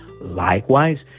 Likewise